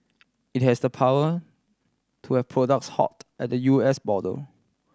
it has the power to have products halt at the U S border